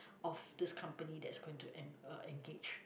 of this company that's going to en~ uh engaged